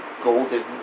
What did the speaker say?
golden